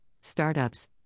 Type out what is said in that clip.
startups